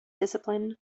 discipline